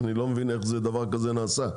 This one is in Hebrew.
אני לא מבין איך זה דבר כזה נעשה,